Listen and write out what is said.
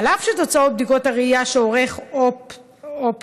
אף שתוצאות בדיקות הראייה שעורך אופטומטראי,